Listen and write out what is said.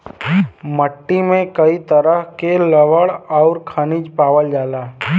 मट्टी में कई तरह के लवण आउर खनिज पावल जाला